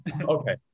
Okay